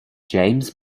james